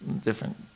different